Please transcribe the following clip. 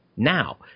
Now